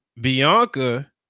Bianca